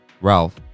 Ralph